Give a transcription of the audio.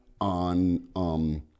on